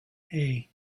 hey